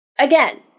again